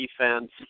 defense